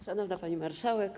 Szanowna Pani Marszałek!